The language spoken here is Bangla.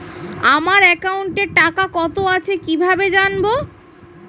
আমার একাউন্টে টাকা কত আছে কি ভাবে জানবো?